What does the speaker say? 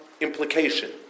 implication